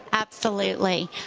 absolutely.